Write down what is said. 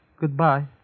goodbye